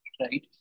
right